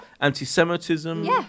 anti-Semitism